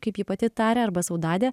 kaip ji pati taria arba saudadė